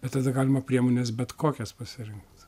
bet tada galima priemones bet kokias pasirinkt